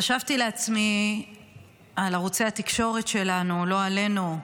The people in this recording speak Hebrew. חשבתי לעצמי על ערוצי התקשורת שלנו, לא עלינו,